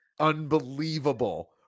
unbelievable